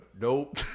Nope